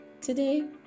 Today